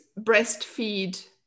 breastfeed